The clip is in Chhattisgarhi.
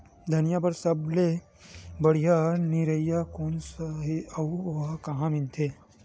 धनिया बर सब्बो ले बढ़िया निरैया कोन सा हे आऊ ओहा कहां मिलथे?